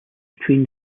between